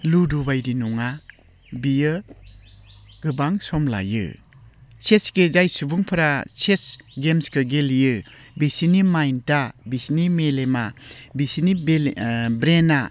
लुदु बायदि नङा बियो गोबां सम लायो चेसखौ जाय सुबुंफोरा चेस गेम्सखौ गेलेयो बिसोरनि माइन्डआ बिसोरनि मेलेमा बिसोरनि ब्रेइनआ